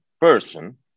person